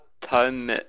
Time